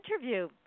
interview